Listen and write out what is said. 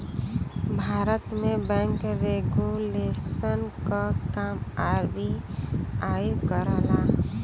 भारत में bank regulation क काम आर.बी.आई करला